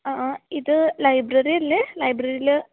അആ ഇത് ലൈബ്രറി അല്ലേ ലൈബ്രറിയിൽ